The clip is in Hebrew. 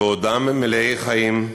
בעודם מלאי חיים,